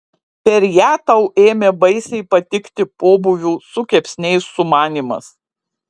per ją tau ėmė baisiai patikti pobūvių su kepsniais sumanymas